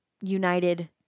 united